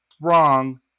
wrong